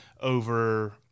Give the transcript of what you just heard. over